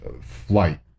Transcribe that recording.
flight